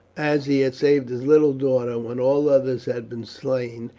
as he had saved his little daughter, when all others had been slain,